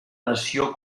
nació